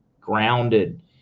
grounded